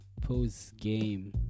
post-game